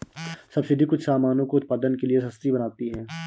subsidy कुछ सामानों को उत्पादन के लिए सस्ती बनाती है